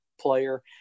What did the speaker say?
player